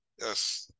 yes